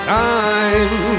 time